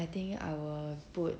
I think I'll put